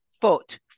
foot